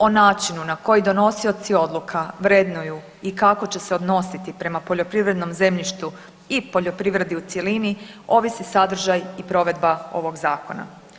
O načinu na koji donosioci odluka vrednuju i kako će se odnositi prema poljoprivrednom zemljištu i poljoprivredi u cjelini ovisi sadržaj i provedba ovog zakona.